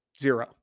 Zero